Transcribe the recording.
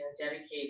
dedicated